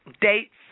dates